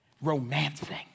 Romancing